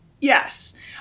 Yes